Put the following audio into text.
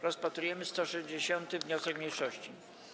Rozpatrujemy 164. wniosek mniejszości.